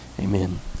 amen